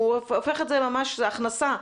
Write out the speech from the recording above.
הוא הופך את זה ממש להכנסה,